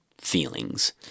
feelings